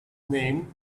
name